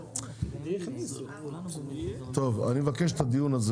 אני מבקש שנעשה את הדיון הזה